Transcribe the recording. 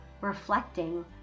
reflecting